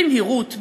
במהירות,